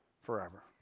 forever